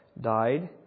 died